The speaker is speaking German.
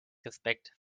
respekt